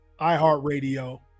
iHeartRadio